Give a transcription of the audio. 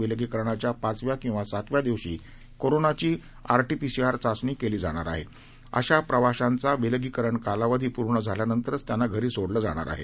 विलगीकरणाच्यापाचव्याकिंवासातव्यादिवशीकोरोनाचीआरटीपीसीआरचाचणीकेलीजाणारआ अशाप्रवाशांचाविलगीकरणकालावधीपूर्णझाल्यानंतरचत्यांनाघरीसोडलंजाणारआहे